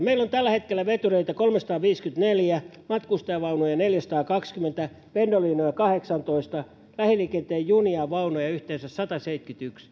meillä on tällä hetkellä vetureita kolmesataaviisikymmentäneljä matkustajavaunuja neljäsataakaksikymmentä pendolinoja kahdeksantoista lähiliikenteen junia ja vaunuja yhteensä sataseitsemänkymmentäyksi